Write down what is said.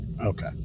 okay